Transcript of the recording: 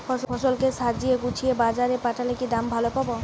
ফসল কে সাজিয়ে গুছিয়ে বাজারে পাঠালে কি দাম ভালো পাব?